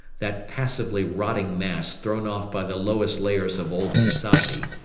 that passively rotting mass thrown off by the lowest layers of old society,